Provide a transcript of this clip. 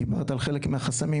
דיברת על חלק מהחסמים,